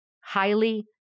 highly